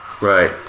right